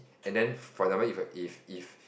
and then for example if if